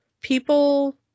people